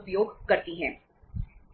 उपयोग करती हैं